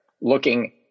looking